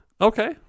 Okay